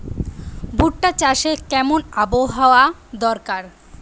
ভুট্টা চাষে কেমন আবহাওয়া দরকার?